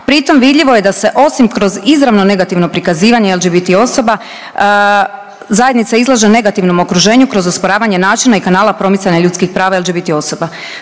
Pritom vidljivo je da se osim kroz izravno negativno prikazivanje LGBT osoba zajednica izlaže negativnom okruženju kroz osporavanje načina i kanala promicanja ljudskih prava LGBT osoba.